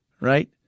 right